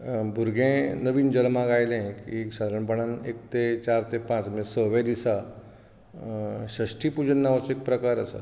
भुरगें नवीन जल्माक आयलें की एक सादारणपणान एक ते चार ते पांच म्हणजे सव्वे दिसा सश्टी पुजन नांवाचो एक प्रकार आसा